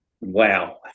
Wow